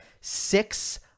six